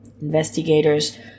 Investigators